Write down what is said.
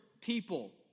people